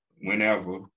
whenever